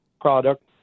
product